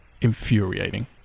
infuriating